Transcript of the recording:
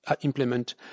implement